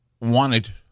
wanted